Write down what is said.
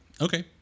Okay